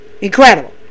Incredible